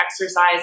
exercise